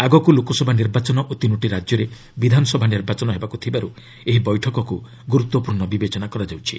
ଆଗକୁ ଲୋକସଭା ନିର୍ବାଚନ ଓ ତିନୋଟି ରାଜ୍ୟରେ ବିଧାନସଭା ନିର୍ବାଚନ ହେବାକୁ ଥିବାରୁ ଏହି ବୈଠକକୁ ଗୁରୁତ୍ୱପୂର୍ଣ୍ଣ ବିବେଚନା କରାଯାଉଛି